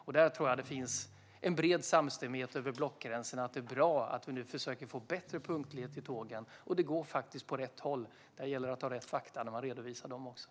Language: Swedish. Jag tror att det finns en bred samstämmighet över blockgränserna att det är bra att vi nu försöker få bättre punktlighet för tågen. Det går åt rätt håll. Det gäller att ha rätt fakta när man redovisar det.